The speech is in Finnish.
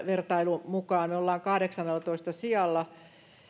vertailun mukaan me olemme kahdeksannellatoista sijalla